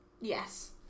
Yes